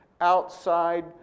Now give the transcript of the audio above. Outside